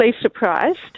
surprised